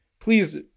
please